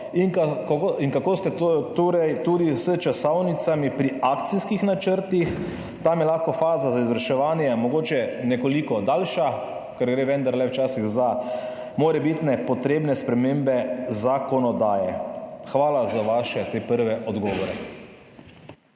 Kako ste s časovnicami pri akcijskih načrtih? Tam je lahko faza za izvrševanje mogoče nekoliko daljša, ker gre vendarle včasih za morebitne potrebne spremembe zakonodaje. Hvala za te vaše prve odgovore.